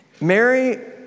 Mary